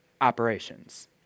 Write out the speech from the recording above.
operations